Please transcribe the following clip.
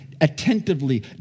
attentively